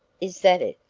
is that it?